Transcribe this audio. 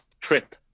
trip